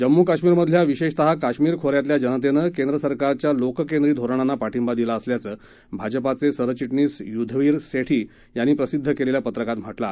जम्मू कश्मीरमधल्या विशेतः कश्मीर खोऱ्यातल्या जनतेनं केंद्र सरकारच्या लोक केंद्री धोरणांना पाठिंबा दिला असल्याचं भाजपाचे सरचिटणीस युधवीर सेठी यांनी प्रसिद्ध केलेल्या पत्रकात म्हटलं आहे